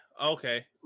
okay